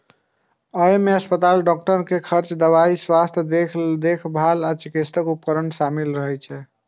अय मे अस्पताल, डॉक्टर के खर्च, दवाइ, स्वास्थ्य देखभाल आ चिकित्सा उपकरण शामिल रहै छै